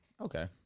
Okay